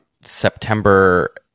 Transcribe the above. September